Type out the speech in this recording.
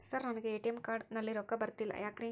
Sir ನನಗೆ ATM card ನಲ್ಲಿ ರೊಕ್ಕ ಬರತಿಲ್ಲ ಯಾಕ್ರೇ?